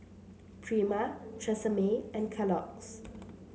Prima Tresemme and Kellogg's